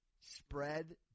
Spread